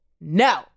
no